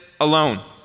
alone